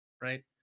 right